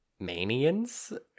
Manians